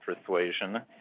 persuasion